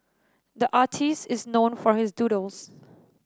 the artist is known for his doodles